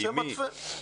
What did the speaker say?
עם מי?